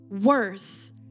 worse